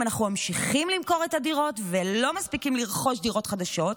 אם אנחנו ממשיכים למכור את הדירות ולא מספיקים לרכוש דירות חדשות,